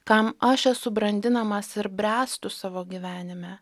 kam aš esu brandinamas ir bręstu savo gyvenime